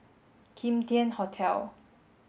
Kim Tian Hotel